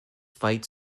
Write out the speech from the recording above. fight